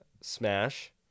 Smash